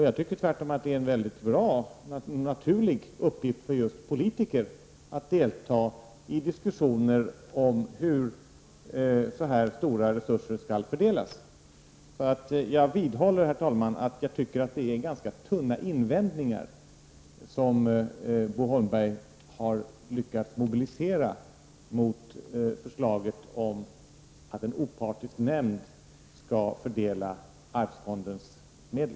Jag tycker tvärtom att det är en naturlig uppgift för just politiker att delta i diskussioner om hur så här stora resurser skall fördelas. Herr talman! Jag vidhåller alltså att jag anser att Bo Holmberg har lyckats mobilisera ganska tunna invändningar mot förslaget om att en opartisk nämnd skall fördela allmänna arvsfondens medel.